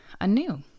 Anew